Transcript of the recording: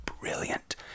brilliant